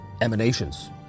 emanations